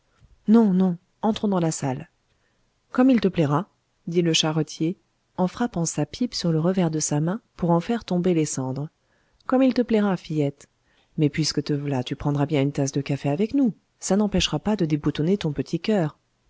non non entrons dans la salle comme il te plaira dit le charretier en frappant sa pipe sur le revers de sa main pour en faire tomber les cendres comme il te plaira fillette mais puisque te v'là tu prendras bien une tasse de café avec nous ça n'empêchera pas de déboutonner ton petit coeur